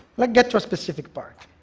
like get to a specific part.